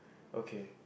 okay